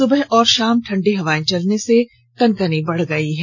सुबह और शाम ठंडी हवाए चलने से कनकनी बढ़ गई है